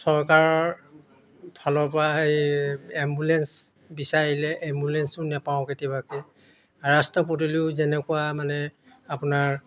চৰকাৰৰ ফালৰ পৰা সেই এম্বুলেঞ্চ বিচাৰিলে এম্বুলেঞ্চো নাপাওঁ কেতিয়াবাকে ৰাস্তা পদূলিও যেনেকুৱা মানে আপোনাৰ